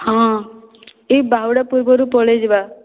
ହଁ ଏହି ବାହୁଡ଼ା ପୂର୍ବରୁ ପଳାଇଯିବା